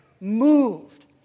moved